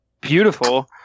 beautiful